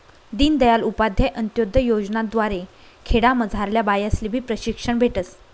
दीनदयाल उपाध्याय अंतोदय योजना द्वारे खेडामझारल्या बायास्लेबी प्रशिक्षण भेटस